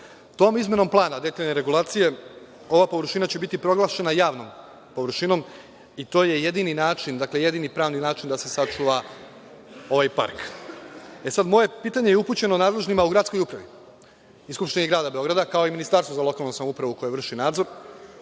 Tom izmenom plana detaljne regulacije ova površina će biti proglašena javnom površinom, i to je jedini način, dakle jedini pravni način, da se sačuva ovaj park. Moje pitanje upućeno nadležnima u gradskoj upravi i Skupštini Grada Beograda, kao i Ministarstvu koje vrši nadzor,